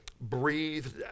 breathed